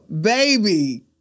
baby